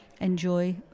enjoy